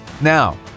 Now